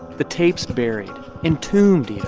the tapes buried entombed,